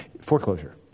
Foreclosure